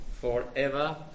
forever